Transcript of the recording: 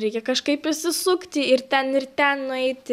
reikia kažkaip išsisukti ir ten ir ten nueiti